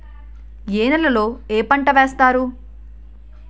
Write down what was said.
ఏ నేలలో ఏ పంట వేస్తారు?